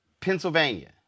Pennsylvania